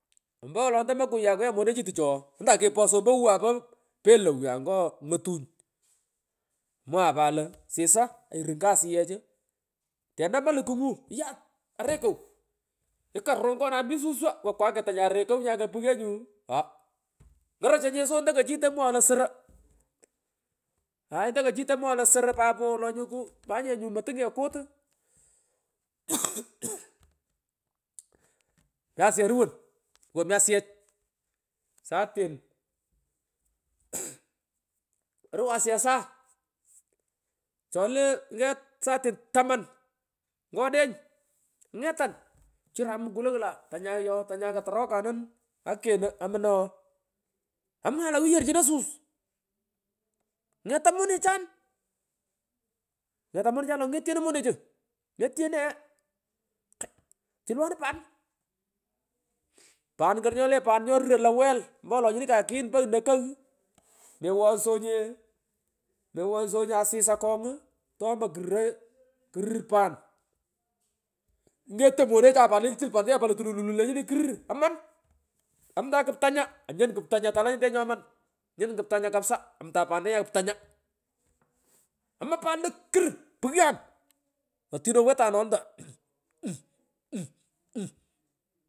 Ompowolo tomo kiyekwu yee monechu tuchu ooh ntakipotsyot ompo wuway po pelow nya ngo ng’otuny uuh mwangan pat lo sisa airuu ngo asiyeh tenama lukungu iyaat arekow ikarvrongonay mi suswowo kwaketa nyu arekow nyakopungyovnyu aah ngorokoy nye so ntokachi tolentoy soro hay tokochi tolentoy soro papo wolonyu ku monyinye nyu motungnye kutu raal huhuhu ngasiyeh ruwon mrasiyech satin aah oruwon asiyech saa chole yeeh satin chole satin taman ngwa odeny ngetan kuchiranun mkulow olan tanyay ooh tanyay katarokanun akeno amuna ooh amwangan lo wuyo yorchino suus ngetan monechan ngetan monechan lo ongetieno monechu ng’etianeya yaa kaaa kulwanun pani pan kor nyo le pan nyoruroy lewel ompo wolo nyini kakighin pogh nekogh mewongsonye asis akong tomo kur kurur pan monechan pat lenyini chuul pantenyan pat lenyini lo tulululu kurur oman amtan kpanya anyun kuptanya tolenyete nyoman nyun kuptanya kapsa, amtan pantenyaa kpanya aman pan lo kur pughan tino wetah ooh lentan pich uuh kotororsyot kyaku tukul takeroryonyi wololamica chanelumtoy chane nyaman kuryo ngun nyu kpa nyuu kwighehu kegh akelo nyakegichu kegh akolo ooh, kupa nyu nyoman kpa kuna ng kaw mmerongenyinye kyakiku tii pughongot mbaka mbaka kwegho nyii ket keghengwa kurogo ngwauri nyaa koruya ngunyu eeouch aah ntokochi tolenjininyi soro wolo puro puro muk mukaba wungwa soro ompowolo kopugha kyakiku nyiia ughua ataj keya kwuyanyi takeyakuywanyi kyak ooh kupucho ompowolu chii dee tomontongunyiye takepaghanyi montongu kupugho klensu kame yoo.